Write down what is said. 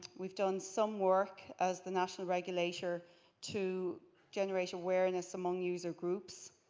we've done some work as the national regulator to generate awareness among user groups.